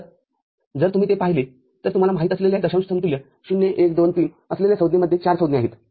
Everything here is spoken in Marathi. तरजर तुम्ही ते पाहिले तर तुम्हाला माहीत असलेल्या दशांश समतुल्य ०१२३ असलेल्या संज्ञेमध्ये ४ संज्ञा आहेत